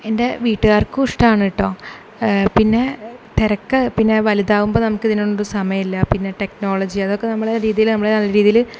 എൻ്റെ വീട്ടുകാർക്കും ഇഷ്ടമാണ് കേട്ടോ പിന്നെ തിരക്ക് പിന്നെ വലുതാവുമ്പോൾ നമുക്ക് ഇതിനൊന്നും സമയമില്ല പിന്നെ ടെക്നോളജി അതൊക്കെ നമ്മളെ രീതിയിൽ നമ്മളെ നല്ല രീതിയിൽ